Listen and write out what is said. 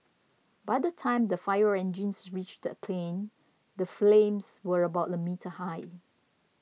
by the time the fire engines reached the plane the flames were about a meter high